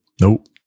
Nope